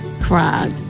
cried